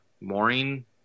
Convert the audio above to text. mooring